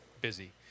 busy